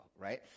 right